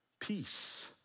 peace